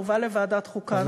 הובא לוועדת החוקה,